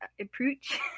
Approach